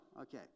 Okay